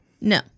No